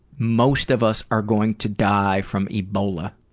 most of us are going to die from ebola.